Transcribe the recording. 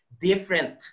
different